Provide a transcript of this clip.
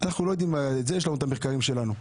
אנחנו לא יודעים, יש לנו את המחקרים שלנו.